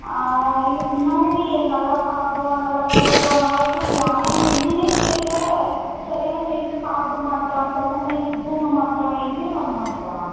இதுக்கு முன்னாடி நல்லா சாப்பிடுவான் நல்லா விளையாடுவான் நல்லா தூங்குவான் ஆனால் இப்போ என்னென்னே தெரில சரியான டைமுக்கு சாப்பிட மாட்டுறான் சரியான டைமுக்கு தூங்க மாட்டுறான் எதுவுமே பண்ணமாட்டுறான்